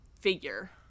figure